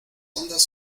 ondas